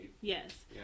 yes